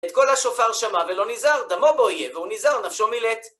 את קול השופר שמע, ולא ניזהר, דמו בו יהיה, והוא ניזהר, נפשו מילט.